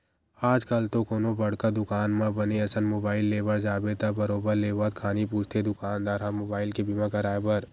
आजकल तो कोनो बड़का दुकान म बने असन मुबाइल ले बर जाबे त बरोबर लेवत खानी पूछथे दुकानदार ह मुबाइल के बीमा कराय बर